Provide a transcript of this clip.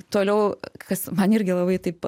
toliau kas man irgi labai taip